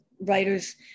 writers